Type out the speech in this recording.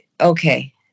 Okay